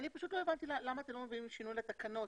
אני פשוט לא הבנתי למה אתם לא מביאים שינוי לתקנות,